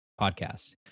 podcast